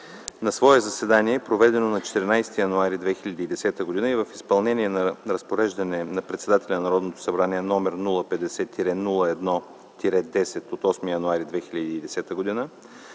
На свое заседание, проведено на 14 януари 2010 г. и в изпълнение на Разпореждане на председателя на Народното събрание № 050-01-10 от 8 януари 2010 г.,